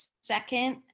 second